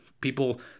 People